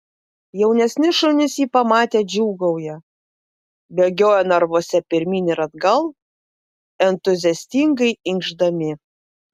jaunesni šunys jį pamatę džiūgauja bėgioja narvuose pirmyn ir atgal entuziastingai inkšdami